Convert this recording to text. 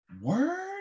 word